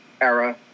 era